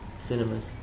cinemas